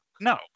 no